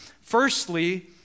firstly